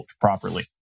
properly